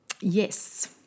Yes